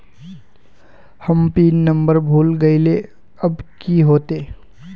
हम PIN number भूल गलिऐ अब की होते?